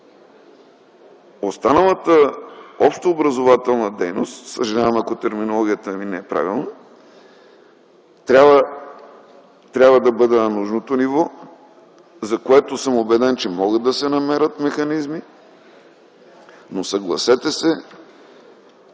останалата общообразователна дейност (съжалявам, ако терминологията ми не е правилна) трябва да бъде на нужното ниво, за което съм убеден, че могат да се намерят механизми. Но, съгласете се,